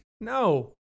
No